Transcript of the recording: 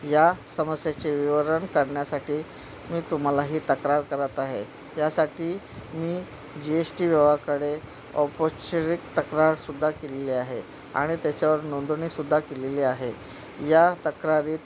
या समस्याचे विवरण करण्यासाठी मी तुम्हालाही तक्रार करत आहे यासाठी मी जी एस टी विभागाकडे औपचरिक तक्रारसुद्धा केलेली आहे आणि त्याच्यावर नोंदणीसुद्धा केलेली आहे या तक्रारीत